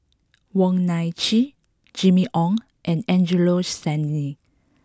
Wong Nai Chin Jimmy Ong and Angelo Sanelli